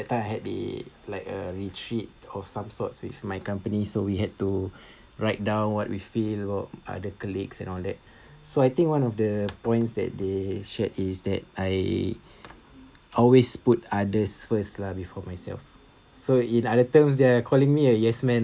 that time I had the like a retreat of some sorts with my company so we had to write down what we feel about other colleagues and all that so I think one of the points that they shared is that I always put others first lah before myself so in other terms there are calling me a yes man